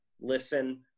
listen